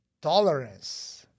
tolerance